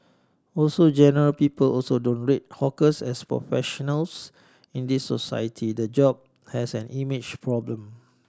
also general people also don't rate hawkers as professionals in this society the job has an image problem